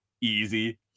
easy